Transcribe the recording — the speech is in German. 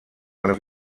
seine